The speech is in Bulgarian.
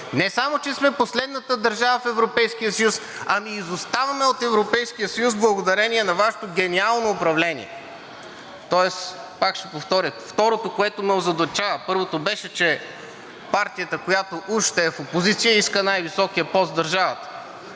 Не само че сме последната държава в Европейския съюз, ами изоставаме от Европейския съюз благодарение на Вашето гениално управление. Пак ще повторя, второто, което ме озадачава – първото беше, че партията, която уж ще е в опозиция, иска най-високия пост в държавата.